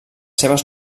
seves